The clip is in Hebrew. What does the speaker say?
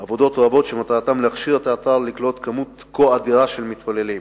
עבודות רבות שמטרתן להכשיר את האתר לקלוט מספר כה אדיר של מתפללים.